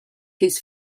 his